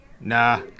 Nah